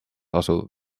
asuv